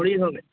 ঘড়ি হবে